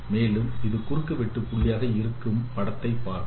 மேலும் இது குறுக்குவெட்டு புள்ளியாக இருக்கும் படத்தைப் பார்க்கும்